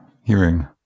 hearing